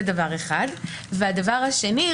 והדבר השני,